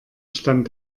stand